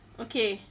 okay